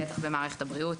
בטח במערכת הבריאות.